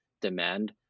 demand